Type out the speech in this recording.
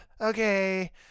okay